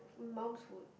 mom's food